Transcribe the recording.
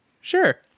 sure